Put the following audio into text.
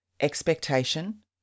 expectation